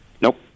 Nope